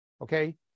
okay